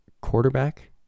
quarterback